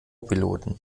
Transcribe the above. piloten